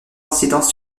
incidence